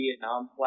Vietnam